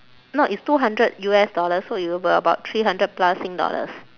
no it's two hundred U_S dollars so it will be about three hundred plus sing dollars